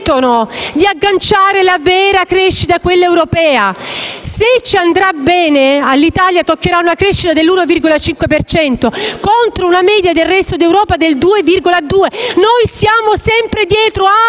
di agganciare la vera crescita, quella europea. Se ci andrà bene, all'Italia toccherà una crescita dell'1,5 per cento contro una media del resto d'Europa del 2,2. Noi siamo sempre dietro,